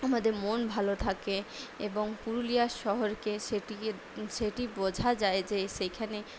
আমাদের মন ভালো থাকে এবং পুরুলিয়া শহরকে সেটিকে সেটি বোঝা যায় যে সেখানে